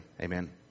Amen